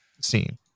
seen